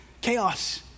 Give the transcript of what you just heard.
Chaos